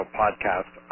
podcast